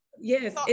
Yes